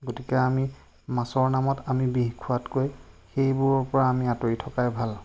গতিকে আমি মাছৰ নামত আমি বিহ খোৱাতকৈ সেইবোৰৰ পৰা আমি আঁতৰি থকাই ভাল